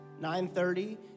9.30